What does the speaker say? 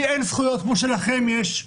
לי אין זכויות כמו שלכם יש.